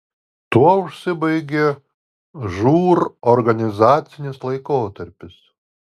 tuo užsibaigė žūr organizacinis laikotarpis